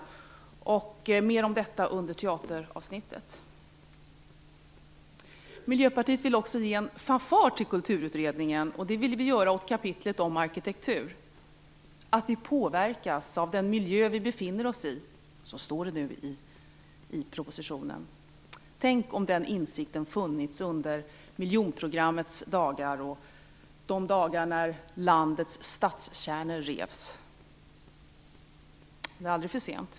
Jag återkommer till detta senare i debatten, under teateravsnittet. Miljöpartiet vill också ge en fanfar till Kulturutredningen, det med anledning av kapitlet om arkitektur. Man skriver där att vi påverkas av den miljö vi befinner oss i, och så står det nu också i propositionen. Tänk om den insikten hade funnits under miljonprogrammets dagar och de dagar då landets stadskärnor revs! Men det är aldrig för sent.